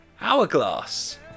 Hourglass